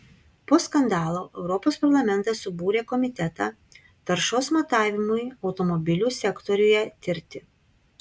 po skandalo europos parlamentas subūrė komitetą taršos matavimui automobilių sektoriuje tirti